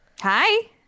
Hi